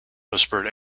whispered